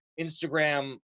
Instagram